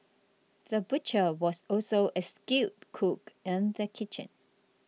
the butcher was also a skilled cook in the kitchen